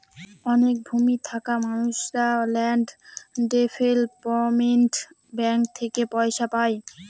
অনেক ভূমি থাকা মানুষেরা ল্যান্ড ডেভেলপমেন্ট ব্যাঙ্ক থেকে পয়সা পায়